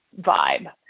vibe